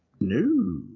No